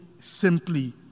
simply